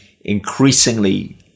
increasingly